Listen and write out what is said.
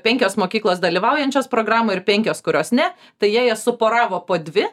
penkios mokyklos dalyvaujančios programoj ir penkios kurios ne tai jie jas suporavo po dvi